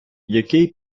який